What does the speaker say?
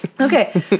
Okay